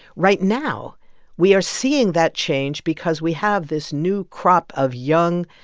right now we are seeing that change because we have this new crop of young,